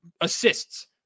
assists